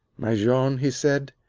my jean, he said,